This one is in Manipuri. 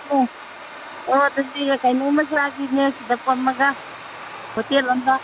ꯑꯣ ꯑꯗꯨꯗꯤ ꯀꯩꯅꯣꯝꯃ ꯆꯥꯁꯤꯅꯦ ꯁꯤꯗ ꯐꯝꯃꯒ ꯍꯣꯇꯦꯜ ꯑꯝꯗ